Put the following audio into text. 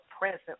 present